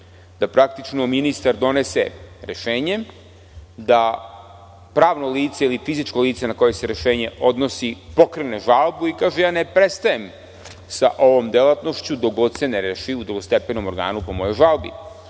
da praktično ministar donese rešenje, da pravno lice ili fizičko lice na koje se rešenje odnosi pokrene žalbu i kaže ja ne prestajem sa ovom delatnošću dok god se ne reši u drugostepenom organu po mojoj žalbi. Ovde